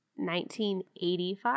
1985